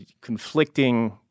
conflicting